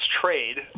trade